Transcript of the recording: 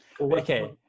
okay